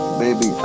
baby